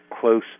close